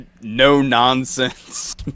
no-nonsense